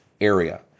area